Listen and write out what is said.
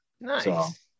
Nice